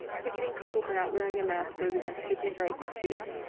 ticketing people for not wearing a mask goes against people's rights to choose.